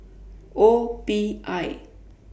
O P I